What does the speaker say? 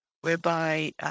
whereby